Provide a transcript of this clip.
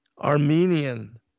armenian